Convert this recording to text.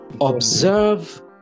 observe